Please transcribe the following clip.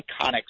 iconic